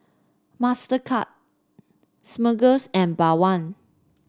Mastercard Smuckers and Bawang